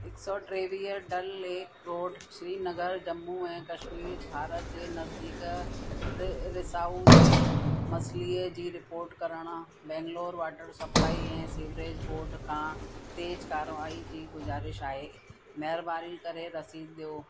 हिकु सौ टेवीह डल लेक रोड श्रीनगर जम्मू ऐं कश्मीर भारत जे नज़दीक रि रिसाऊ जे मसिलीअ जी रिपोर्ट करिणा बैंगलोर वाटर सप्लाइ ऐं सीविरेज बोर्ड खां तेज़ु कार्यवाही जी गुज़ारिश आहे महिरबानी करे रसीद ॾियो